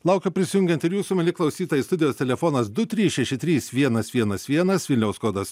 laukiu prisijungiant ir jūsų mieli klausytojai studijos telefonas du trys šeši trys vienas vienas vienas vilniaus kodas